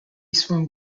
swung